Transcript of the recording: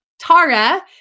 Tara